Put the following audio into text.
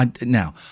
now